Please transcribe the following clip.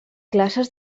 classes